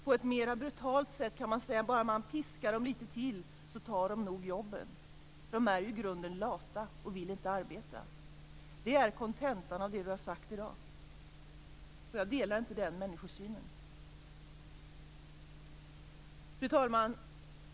På ett mera brutalt sätt kan man säga: Bara man piskar dem litet till tar de nog jobben - de är ju i grunden lata och vill inte arbeta. Det är kontentan av det Per Unckel har sagt i dag. Jag delar inte den människosynen. Fru talman!